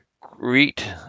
Greet